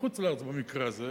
מחוץ-לארץ במקרה הזה,